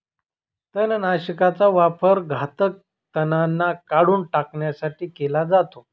तणनाशकाचा वापर घातक तणांना काढून टाकण्यासाठी केला जातो